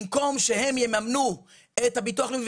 במקום שהם יממנו את הביטוח הלאומי,